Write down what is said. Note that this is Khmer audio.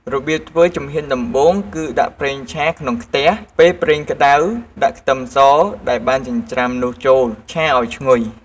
របៀបធ្វើ ជំហានដំបូង គឺ ដាក់ប្រេងឆាក្នុងខ្ទះ ពេលប្រេងក្ដៅដាក់ខ្ទឹមសដែលបានចិញ្ច្រាំនោះចូល ឆាឱ្យឈ្ងុយ។